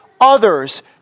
others